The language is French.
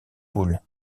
poule